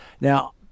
Now